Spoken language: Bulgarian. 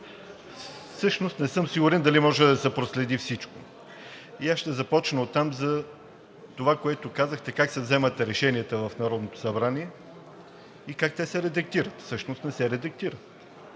се дотук. Не съм сигурен дали може да се проследи всичко. Аз ще започна оттам, което казахте, за това как се вземат решенията в Народното събрание и как те се редактират, всъщност не се редактират.